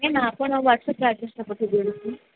ma'am ଆପଣ ୱାଟସ୍ଅପ୍ରେ ଆଡ୍ରେସ୍ଟା ପଠେଇ ଦିଅନ୍ତୁ ପ୍ଳିଜ୍